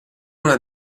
una